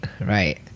right